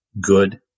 good